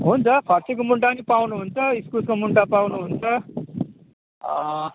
हुन्छ फर्सीको मुन्टा नि पाउनुहुन्छ इस्कुसको मुन्टा पाउनुहुन्छ